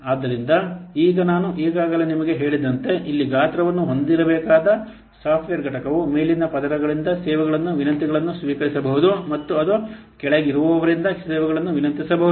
ಆದ್ದರಿಂದ ಈಗ ನಾನು ಈಗಾಗಲೇ ನಿಮಗೆ ಹೇಳಿದಂತೆ ಇಲ್ಲಿ ಗಾತ್ರವನ್ನು ಹೊಂದಿರಬೇಕಾದ ಸಾಫ್ಟ್ವೇರ್ ಘಟಕವು ಮೇಲಿನ ಪದರಗಳಿಂದ ಸೇವೆಗಳಿಗೆ ವಿನಂತಿಗಳನ್ನು ಸ್ವೀಕರಿಸಬಹುದು ಮತ್ತು ಅದು ಕೆಳಗಿರುವವರಿಂದ ಸೇವೆಗಳನ್ನು ವಿನಂತಿಸಬಹುದು